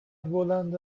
بلند